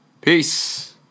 Peace